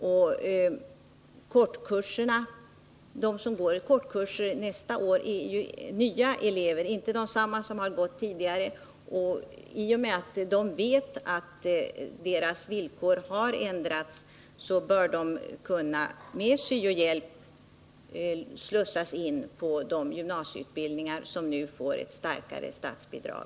De som skall utbildas i kortkurser nästa år är ju f. ö. inte desamma som gått dessa kurser tidigare, och i och med att de vet att villkoren har ändrats bör de med syo-hjälp kunna slussas in på de gymnasieutbildningar som genom det här förslaget får ett ökat statsbidrag.